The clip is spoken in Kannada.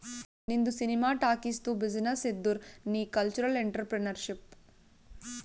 ನಿಂದು ಸಿನಿಮಾ ಟಾಕೀಸ್ದು ಬಿಸಿನ್ನೆಸ್ ಇದ್ದುರ್ ನೀ ಕಲ್ಚರಲ್ ಇಂಟ್ರಪ್ರಿನರ್ಶಿಪ್